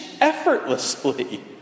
effortlessly